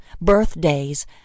birthdays